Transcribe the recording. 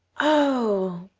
oh,